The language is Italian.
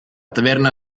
taverna